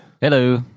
Hello